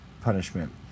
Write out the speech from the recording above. punishment